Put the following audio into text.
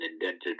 indented